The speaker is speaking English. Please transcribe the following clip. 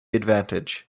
advantage